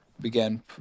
began